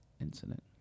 incident